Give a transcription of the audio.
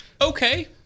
Okay